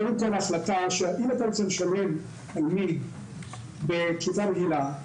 קודם כל, אם אתה רוצה לשלב בכיתה רגילה,